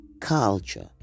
culture